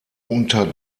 unter